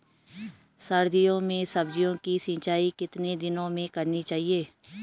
सर्दियों में सब्जियों की सिंचाई कितने दिनों में करनी चाहिए?